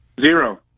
Zero